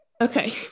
Okay